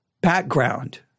background